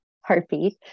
heartbeat